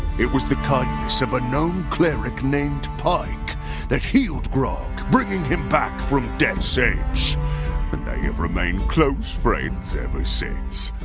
it was the kindness of a gnome cleric named pike that healed grog, bringing him back from death's edge. and they have remained close friends ever since.